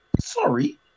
Sorry